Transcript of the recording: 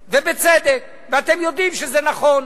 ובצדק, ואתם יודעים שזה נכון.